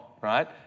right